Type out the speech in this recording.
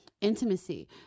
intimacy